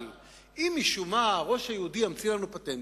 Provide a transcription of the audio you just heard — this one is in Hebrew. אבל אם משום מה הראש היהודי ימציא לנו פטנטים,